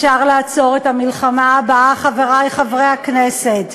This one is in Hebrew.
אפשר לעצור את המלחמה הבאה, חברי חברי הכנסת.